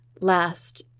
Last